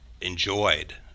enjoyed